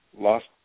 Lost